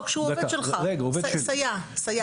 כשהוא עובד שלך, סייע למשל.